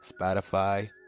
Spotify